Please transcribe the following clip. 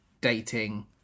dating